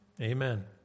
Amen